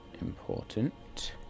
important